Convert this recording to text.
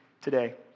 today